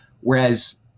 whereas